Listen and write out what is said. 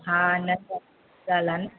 हा न हलनि